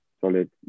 solid